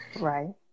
Right